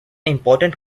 important